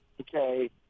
Okay